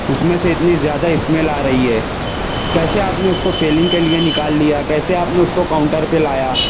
اس میں سے اتنی زیادہ اسمیل آ رہی ہے کیسے آپ نے اس کو سیلنگ کے لیے نکال لیا کیسے آپ نے اس کو کاؤنٹر پہ لایا